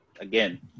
again